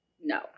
No